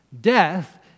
Death